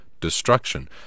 destruction